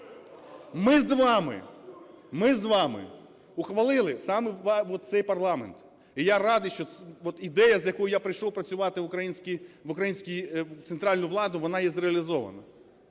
ми з вами ухвалили, саме от цей парламент, і я радий, що ідея з якою я прийшов працювати в український… в центральну владу вона є зреалізована,